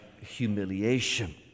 humiliation